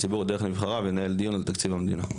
הציבור דרך נבחריו ינהל דיון על תקציב המדינה.